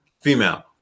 female